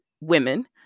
women